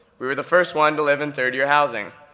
we were the first one to live in third-year housing.